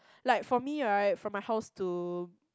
like for me right from my house to